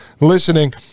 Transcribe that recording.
listening